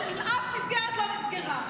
אף מסגרת לא נסגרה.